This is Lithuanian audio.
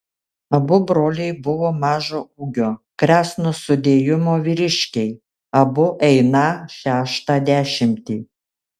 abu broliai buvo mažo ūgio kresno sudėjimo vyriškiai abu einą šeštą dešimtį